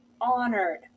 honored